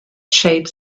shapes